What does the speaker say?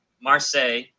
Marseille